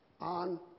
on